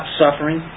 suffering